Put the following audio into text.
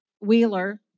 Wheeler